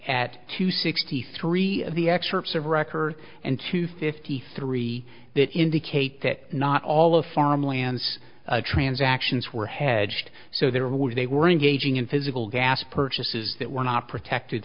at two sixty three of the excerpts of record and two fifty three that indicate that not all of farmlands transactions were hedged so there were they were engaging in physical gas purchases that were not protected